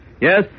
Yes